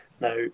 Now